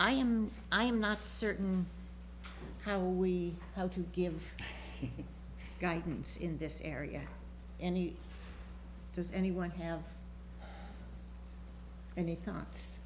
i am i'm not certain how we can give guidance in this area any does anyone have any thoughts